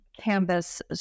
canvas